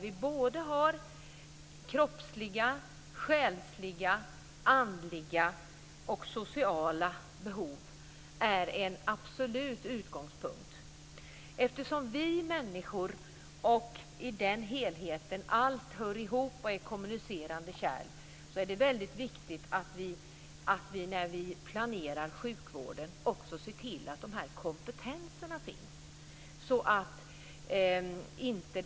Vi har kroppsliga, själsliga, andliga och sociala behov. Det är en absolut utgångspunkt. Eftersom allt är kommunicerande kärl i den helheten och hör ihop med oss människor, är det väldigt viktigt att vi ser till att de här kompetenserna finns när vi planerar sjukvården.